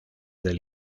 del